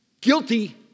guilty